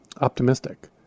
optimistic